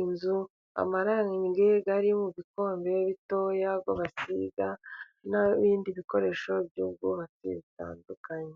inzu amarangi ari mu bikombe bitoya ibyo basiga n'ibindi bikoresho by'ubwubatsi bitandukanye.